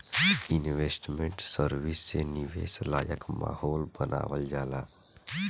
investment service से निवेश लायक माहौल बानावल जाला